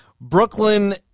Brooklyn